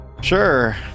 Sure